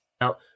Now